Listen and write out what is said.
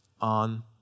on